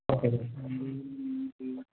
okay sir